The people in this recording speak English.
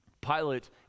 Pilate